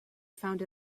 found